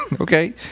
Okay